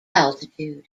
altitude